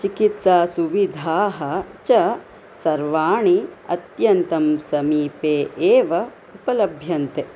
चिकित्सासुविधाः च सर्वाणि अत्यन्तं समीपे एव उपलभ्यन्ते